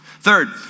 Third